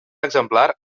exemplar